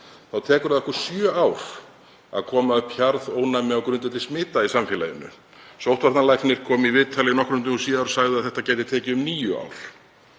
þá tekur það okkur sjö ár að koma upp hjarðónæmi á grundvelli smita í samfélaginu. Sóttvarnalæknir kom í viðtal nokkrum dögum síðar og sagði að þetta gæti tekið um níu ár.